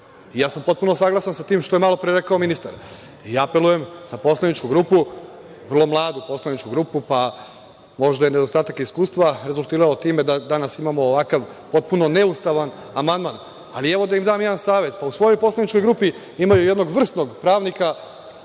Ja sam potpuno saglasan sa tim što je malopre rekao ministar i apelujem na poslaničku grupu, vrlo mladu poslaničku grupu, pa možda je nedostatak iskustva rezultiralo time da danas imamo ovakav potpuno neustavan amandman, ali, evo, da im dam jedan savet. U svojoj poslaničkoj grupi imaju jednog vrsnog pravnika,